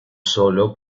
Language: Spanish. solo